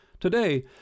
Today